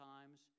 times